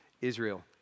Israel